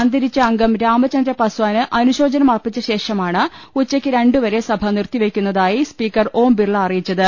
അന്തരിച്ച അംഗം രാമചന്ദ്ര പസ്വാന് അനുശോചനം അർപ്പിച്ചശേഷമാണ് ഉച്ചയ്ക്ക് രണ്ടുവരെ സഭ നിർത്തിവെക്കുന്നതായി സ്പീക്കർ ഓം ബിർള അറിയിച്ചത്